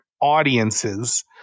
audiences